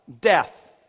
death